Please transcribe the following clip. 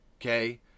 okay